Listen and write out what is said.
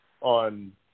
on